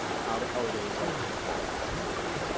how do how are the results made available to people?